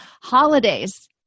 holidays